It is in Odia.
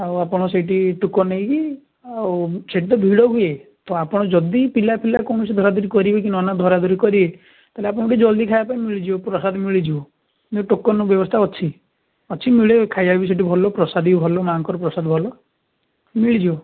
ଆଉ ଆପଣ ସେଇଠି ଟୋକନ୍ ନେଇକି ଆଉ ସେଠି ତ ଭିଡ଼ ହୁଏ ତ ଆପଣ ଯଦି ପିଲାଫିଲା କୌଣସି ଧରାଧରି କରିବେ କି ନନା ଧରାଧରି କରିବେ ତାହେଲେ ଆପଣଙ୍କୁ ଟିକିଏ ଜଲ୍ଦି ଖାଇବାକୁ ମିଳିଯିବ ପ୍ରସାଦ ମିଳିଯିବ ଏ ଟୋକନ୍ ବ୍ୟବସ୍ତା ଅଛି ଅଛି ମିଳେ ଖାଇବା ବି ସେଠି ଭଲ ପ୍ରସାଦ ବି ଭଲ ମାଁଙ୍କର ପ୍ରସାଦ ଭଲ ମିଳିଯିବ